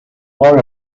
wore